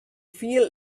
feel